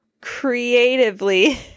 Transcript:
creatively